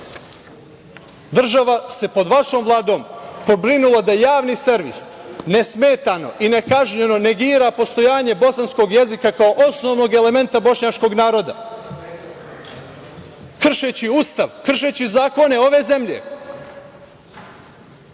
se pod vašom Vladom pobrinula da Javni servis nesmetano i nekažnjeno negira postojanje bosanskog jezika kao osnovnog elementa bošnjačkog naroda, kršeći Ustav, kršeći zakone ove zemlje,